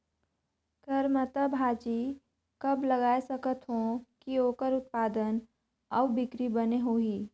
करमत्ता भाजी कब लगाय सकत हो कि ओकर उत्पादन अउ बिक्री बने होही?